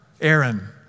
Aaron